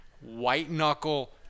white-knuckle